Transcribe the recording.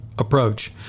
Approach